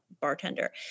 bartender